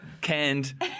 canned